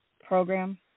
program